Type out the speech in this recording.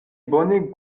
bone